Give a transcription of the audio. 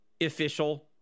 official